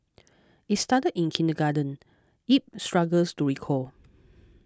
it started in kindergarten Yip struggles to recall